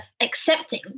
accepting